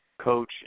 coach